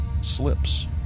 slips